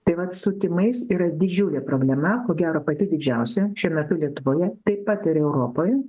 tai vat su tymais yra didžiulė problema ko gero pati didžiausia šiuo metu lietuvoje taip pat ir europoje